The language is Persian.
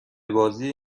بازی